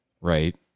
right